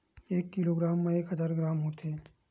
एक किलोग्राम मा एक हजार ग्राम होथे